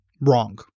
wrong